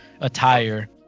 attire